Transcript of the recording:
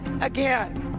again